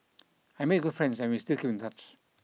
I made good friends and we still keep in touch